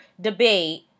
debate